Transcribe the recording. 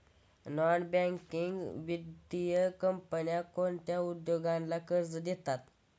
Non banking वित्तीय कंपन्या कोणत्या उद्योगांना कर्ज देतात?